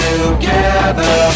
Together